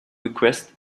request